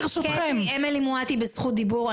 אמילי מואטי בזכות דיבור.